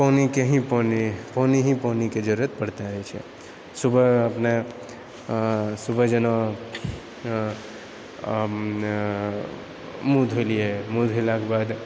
पानिके ही पानि पानि ही पानिके जरुरत पड़ते रहैत छै सुबह अपने सुबह जेना मुँह धोलिऐ मुँह धोलाके बाद